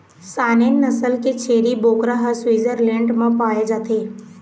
Saanen नसल के छेरी बोकरा ह स्वीटजरलैंड म पाए जाथे